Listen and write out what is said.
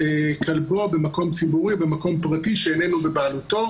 כלבו במקום ציבורי או במקום פרטי שאיננו בבעלותו".